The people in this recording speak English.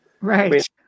Right